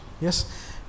Yes